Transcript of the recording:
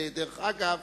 דרך אגב,